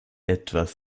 etwas